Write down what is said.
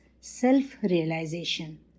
Self-realization